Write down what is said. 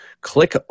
click